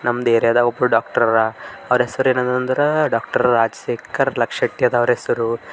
ನಮ್ದು ಏರಿಯಾದಾಗ ಒಬ್ಬರು ಡಾಕ್ಟ್ರ್ ಅರ ಅವ್ರ ಹೆಸ್ರು ಏನಿದೆ ಅಂದರೆ ಡಾಕ್ಟರ್ ರಾಜ್ ಶೇಖರ್ ಲಕ್ ಶೆಟ್ಟಿ ಅದು ಅವ್ರ ಹೆಸರು